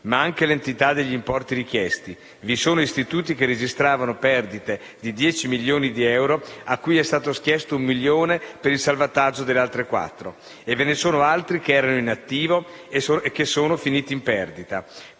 anche l'entità degli importi richiesti. Vi sono istituti che registravano perdite di 10 milioni di euro cui è stato chiesto un milione per il salvataggio delle altre quattro. E ve ne sono altri che erano in attivo e che sono finiti in perdita